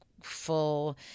full